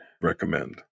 recommend